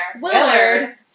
Willard